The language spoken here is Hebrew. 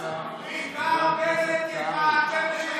מדבר בנט תרחק.